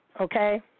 Okay